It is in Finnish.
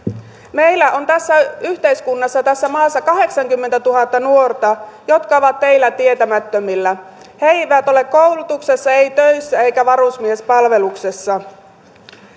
meillä on tässä yhteiskunnassa tässä maassa kahdeksankymmentätuhatta nuorta jotka ovat teillä tietämättömillä he eivät ole koulutuksessa eivät töissä eivätkä varusmiespalveluksessa